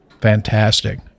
fantastic